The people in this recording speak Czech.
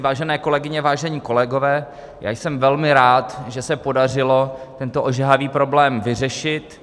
Vážené kolegyně, vážení kolegové, jsem velmi rád, že se podařilo tento ožehavý problém vyřešit.